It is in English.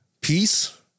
peace